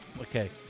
Okay